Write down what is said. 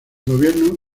gobierno